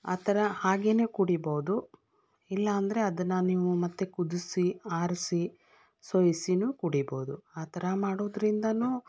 ಆ ಥರ ಹಾಗೆನೆ ಕುಡಿಬೌದು ಇಲ್ಲ ಅಂದರೆ ಅದನ್ನು ನೀವು ಮತ್ತೆ ಕುದಿಸಿ ಆರಿಸಿ ಸೋಸಿನು ಕುಡಿಬೌದು ಆ ಥರ ಮಾಡೋದರಿಂದನೂ